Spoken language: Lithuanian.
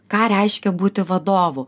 ką reiškia būti vadovu